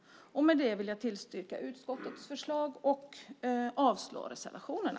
Med det vill jag yrka bifall till förslaget i betänkandet och avslag på reservationerna.